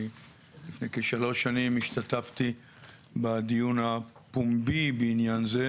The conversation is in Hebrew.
אני לפני כשלוש שנים השתתפתי בדיון הפומבי בעניין זה,